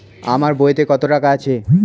আমার বইতে কত টাকা আছে?